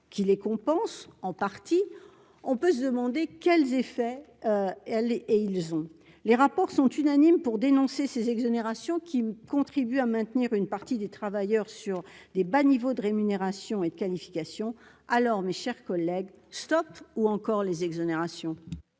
qu'il les compense en partie, on peut se demander quel effet elle et et ils ont les rapports sont unanimes pour dénoncer ces exonérations qui contribue à maintenir une partie des travailleurs sur des bas niveaux de rémunération et de qualification alors, mes chers collègues, Stop ou encore les exonérations.